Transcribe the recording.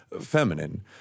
feminine